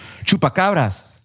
Chupacabras